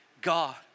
God